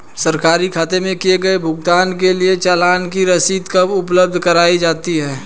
सरकारी खाते में किए गए भुगतान के लिए चालान की रसीद कब उपलब्ध कराईं जाती हैं?